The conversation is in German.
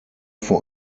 vor